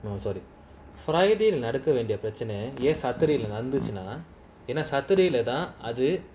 no sorry friday another நடக்கவேண்டியபிரச்னைஏன்:nadaka vendia pracha yen yes saturday lah நடந்துச்சுனாஎனா:nadanthuna yena saturday lah தான்அது:than adhu